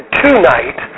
tonight